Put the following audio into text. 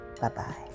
bye-bye